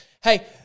Hey